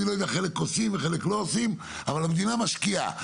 חלק עושים וחלק לא עושים אבל המדינה משקיעה.